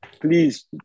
Please